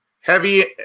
heavy